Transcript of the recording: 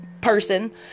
person